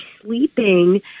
sleeping